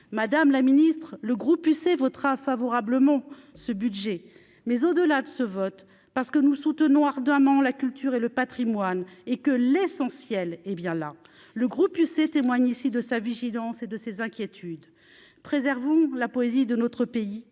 Madame la Ministre, le groupe UC votera favorablement ce budget, mais au delà de ce vote, parce que nous soutenons ardemment la culture et le Patrimoine et que l'essentiel est bien là, le groupe UC témoigne ainsi de sa vigilance et de ses inquiétudes, préservons la poésie de notre pays,